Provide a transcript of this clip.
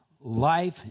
Life